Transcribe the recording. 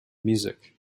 music